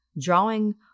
drawing